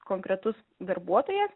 konkretus darbuotojas